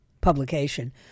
publication